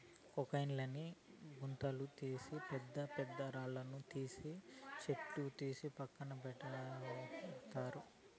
క్రొక్లేయిన్ ని గుంతలు తీసేకి, పెద్ద పెద్ద రాళ్ళను తీసేకి, చెట్లను తీసి పక్కన పెట్టేకి వాడతారు